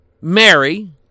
Mary